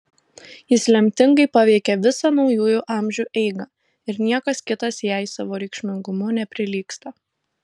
jis lemtingai paveikė visą naujųjų amžių eigą ir niekas kitas jai savo reikšmingumu neprilygsta